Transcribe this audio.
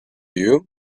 you